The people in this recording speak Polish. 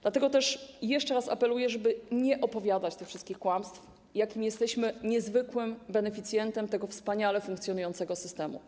Dlatego też jeszcze raz apeluję, żeby nie opowiadać tych wszystkich kłamstw o tym, jakim jesteśmy niezwykłym beneficjentem tego wspaniale funkcjonującego systemu.